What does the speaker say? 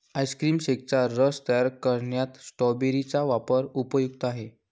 ice cream शेकचा रस तयार करण्यात स्ट्रॉबेरी चा वापर उपयुक्त आहे